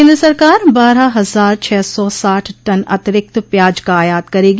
केंद्र सरकार बारह हजार छह सौ साठ टन अतिरिक्त प्याज का आयात करेगी